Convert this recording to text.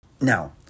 Now